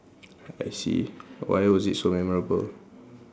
I see why was it so memorable